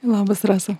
labas rasa